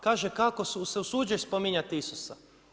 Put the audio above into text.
Kaže kako se usuđuješ spominjati Isusa.